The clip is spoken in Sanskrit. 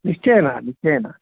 निश्चयेन निश्चयेन